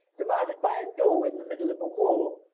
divided by a door in the middle of a wall,